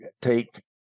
take